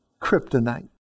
kryptonite